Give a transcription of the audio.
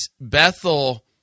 Bethel